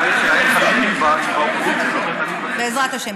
בעזרת השם.